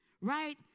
right